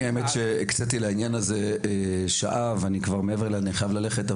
אני הקציתי לדיון הזה שעה ואני כבר חייב ללכת.